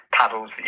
paddles